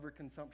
overconsumption